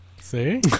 See